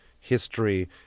history